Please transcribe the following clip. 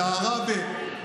עראבה,